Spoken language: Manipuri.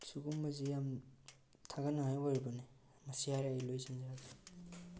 ꯁꯤꯒꯨꯝꯕꯁꯦ ꯌꯥꯝ ꯊꯥꯒꯠꯅꯉꯥꯏ ꯑꯣꯏꯔꯕꯅꯦ ꯃꯁꯤ ꯍꯥꯏꯔꯒ ꯑꯩ ꯂꯣꯏꯁꯤꯟꯖꯔꯒꯦ